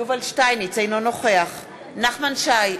אינו נוכח נחמן שי,